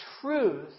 truth